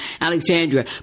Alexandria